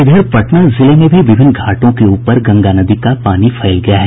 इधर पटना जिले में भी विभिन्न घाटों के ऊपर गंगा नदी का पानी फैल गया है